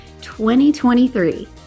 2023